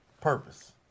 purpose